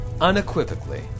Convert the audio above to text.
Unequivocally